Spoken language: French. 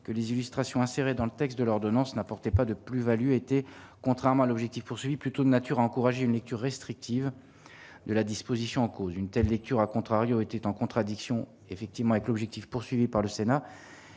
que les illustrations inséré dans le texte de l'ordonnance n'apportait pas de plus-values été contrairement à l'objectif poursuivi plutôt de nature à encourager une lecture restrictive de la disposition en cause une telle lecture a contrario était en contradiction effectivement avec l'objectif poursuivi par le Sénat